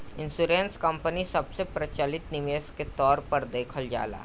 insurance company सबसे प्रचलित निवेश के तौर पर देखल जाला